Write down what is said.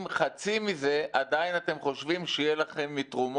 אם מדברים על תקורות,